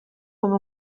come